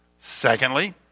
Secondly